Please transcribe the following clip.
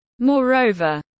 Moreover